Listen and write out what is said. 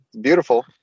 Beautiful